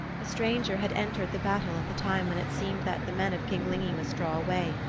a stranger had entered the battle at the time when it seemed that the men of king lygni must draw away.